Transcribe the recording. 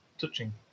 touching